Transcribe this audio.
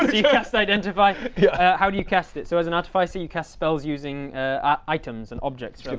you cast identify yeah how do you cast it so as an artifice you cast spells using items and objects like